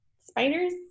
spiders